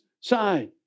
side